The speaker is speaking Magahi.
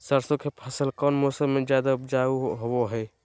सरसों के फसल कौन मौसम में ज्यादा उपजाऊ होबो हय?